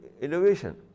innovation